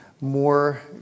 more